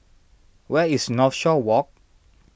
where is Northshore Walk